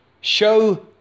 show